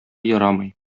ярамый